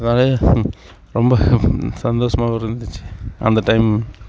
அதனால் ரொம்ப சந்தோஷமாகவும் இருந்துச்சு அந்த டைம்